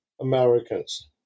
Americans